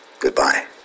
goodbye